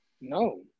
No